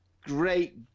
Great